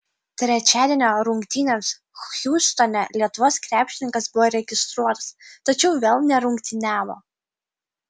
trečiadienio rungtynėms hjustone lietuvos krepšininkas buvo registruotas tačiau vėl nerungtyniavo